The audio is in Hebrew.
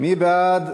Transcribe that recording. מי בעד,